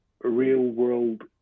real-world